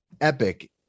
epic